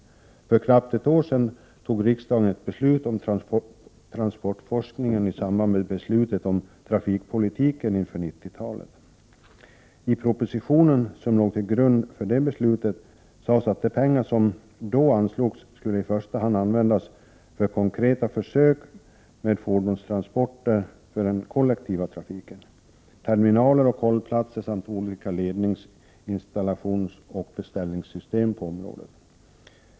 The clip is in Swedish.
För knappt ett år sedan fattade riksdagen ett beslut om transportforskningen i samband med beslutet om trafikpolitiken inför 1990-talet. I propositionen som låg till grund för det beslutet sades det att de pengar som då anslogs i första hand skulle användas till konkreta försök med fordonskomponenter för den kollektiva trafiken, terminaler och hållplatser samt olika lednings-, informationsoch beställningssystem på området.